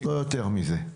לא יותר מזה.